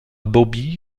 bobby